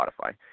Spotify